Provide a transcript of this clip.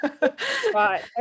Right